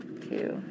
Two